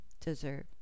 deserve